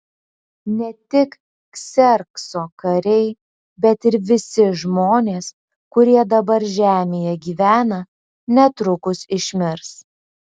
ne tik kserkso kariai bet ir visi žmonės kurie dabar žemėje gyvena netrukus išmirs